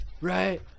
right